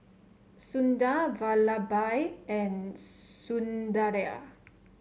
Sundar Vallabhbhai and Sundaraiah